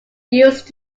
used